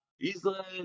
Israel